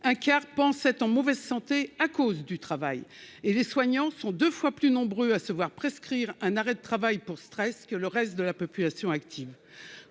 un quart pense en mauvaise santé à cause du travail et les soignants sont 2 fois plus nombreux à se voir prescrire un arrêt de travail pour stress que le reste de la population active,